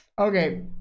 Okay